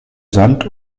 sand